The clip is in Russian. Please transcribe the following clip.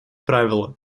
правило